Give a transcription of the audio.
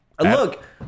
Look